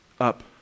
up